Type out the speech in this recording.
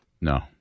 No